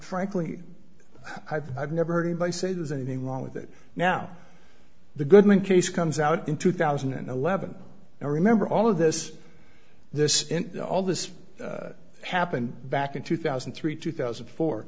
frankly i've never heard anybody say there's anything wrong with it now the goodman case comes out in two thousand and eleven i remember all of this this all this happened back in two thousand and three two thousand